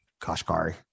Kashkari